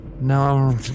No